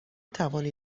توانی